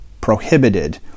prohibited